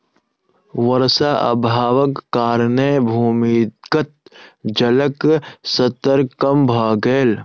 वर्षा अभावक कारणेँ भूमिगत जलक स्तर कम भ गेल